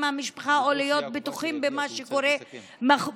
המשפחה או להיות בטוחים במה שקורה בחוץ,